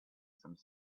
some